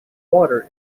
water